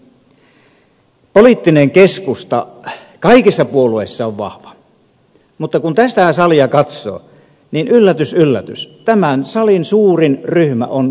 poliittinen keskusta kaikissa puolueissa on vahva mutta kun tätä salia katsoo niin yllätys yllätys tämän salin suurin ryhmä on poliittinen keskusta